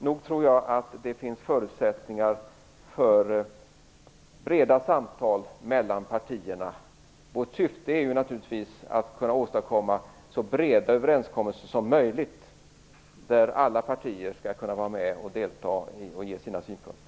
Jag tror nog att det finns förutsättningar för breda samtal mellan partierna, och vårt syfte är naturligtvis att försöka åstadkomma så breda överenskommelser som möjligt, till vilka alla partier skall kunna bidra med sina synpunkter.